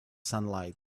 sunlight